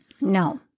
No